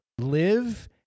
live